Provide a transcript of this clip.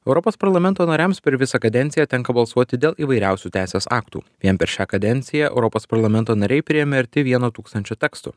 europos parlamento nariams per visą kadenciją tenka balsuoti dėl įvairiausių teisės aktų vien per šią kadenciją europos parlamento nariai priėmė arti vieno tūkstančio tekstų